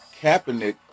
Kaepernick